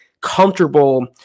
comfortable